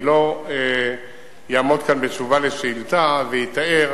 אני לא אעמוד כאן בתשובה על שאילתא ואתאר